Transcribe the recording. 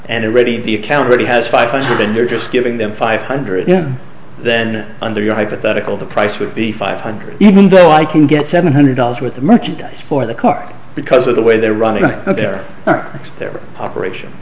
and ready the account already has five hundred and they're just giving them five hundred you know then under your hypothetical the price would be five hundred even though i can get seven hundred dollars worth of merchandise for the car because of the way they're running their their operation